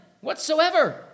Whatsoever